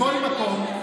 מכל מקום,